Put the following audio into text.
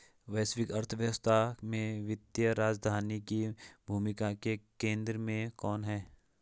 वैश्विक अर्थव्यवस्था में वित्तीय राजधानी की भूमिका के केंद्र में कौन है?